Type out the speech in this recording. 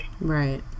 Right